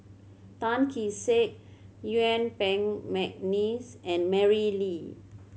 Tan Kee Sek Yuen Peng McNeice and Mary Lim